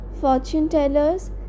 Fortune-tellers